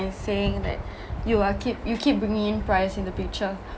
saying that you are keep you keep bringing in price in the picture